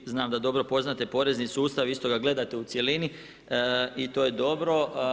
Vi, znam da dobro poznate porezni sustav, isto ga gledate u cjelini i to je dobro.